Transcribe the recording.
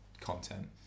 content